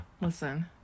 listen